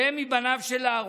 שהם מבניו של אהרן.